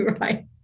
right